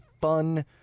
fun